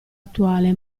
attuale